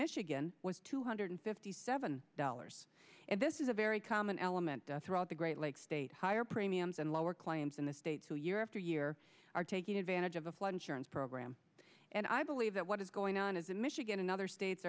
michigan was two hundred fifty seven dollars and this is a very common element throughout the great lakes state higher premiums and lower claims in the states who year after year are taking advantage of a flood insurance program and i believe that what is going on is that michigan and other states